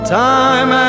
time